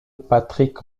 patrick